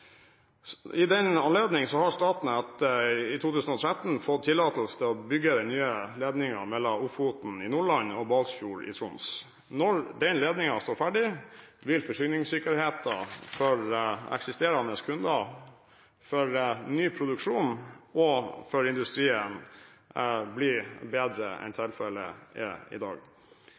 I den anledning fikk Statnett i 2013 tillatelse til å bygge den nye ledningen mellom Ofoten i Nordland og Balsfjord i Troms. Når den ledningen står ferdig, vil forsyningssikkerheten for eksisterende kunder, for ny produksjon og for industrien bli bedre enn tilfellet er i dag.